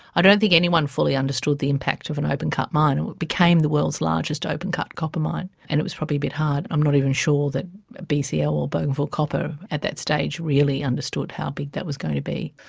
i don't think anyone fully understood the impact of an open cut mine. it became the world's largest open cut copper mine, and it was probably a bit hard, i'm not even sure that bcl or bougainville copper at that stage really understood how big that was going to be.